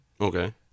Okay